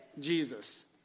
Jesus